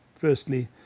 firstly